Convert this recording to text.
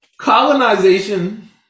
Colonization